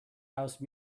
house